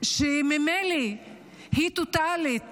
שממילא היא טוטלית